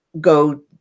go